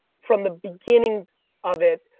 from the beginning of it,